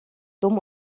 dumm